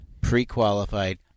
pre-qualified